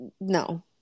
No